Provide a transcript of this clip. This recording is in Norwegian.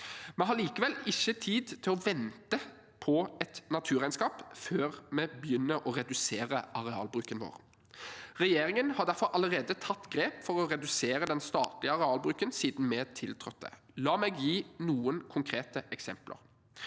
Vi har likevel ikke tid til å vente på et naturregnskap før vi begynner å redusere arealbruken vår. Regjeringen har derfor allerede tatt grep for å redusere den statlige arealbruken siden vi tiltrådte. La meg gi noen konkrete eksempler: